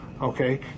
okay